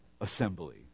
assembly